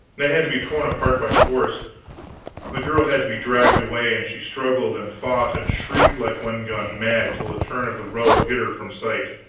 they had to be torn apart by force the girl had to be dragged away, and she struggled and fought and shrieked like one gone mad till a turn of the road hid her from sight